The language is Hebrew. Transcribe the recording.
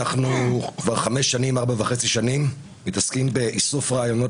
כבר ארבע וחצי שנים עוסקים באיסוף רעיונות